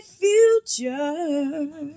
future